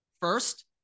first